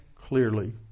clearly